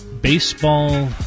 baseball